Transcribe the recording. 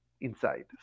inside